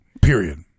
Period